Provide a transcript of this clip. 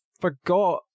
forgot